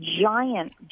giant